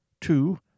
Two